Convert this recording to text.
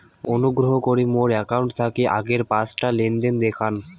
অনুগ্রহ করি মোর অ্যাকাউন্ট থাকি আগের পাঁচটা লেনদেন দেখান